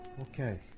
okay